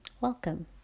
Welcome